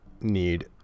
need